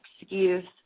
excuse